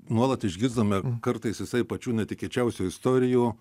nuolat išgirstame kartais visai pačių netikėčiausių istorijų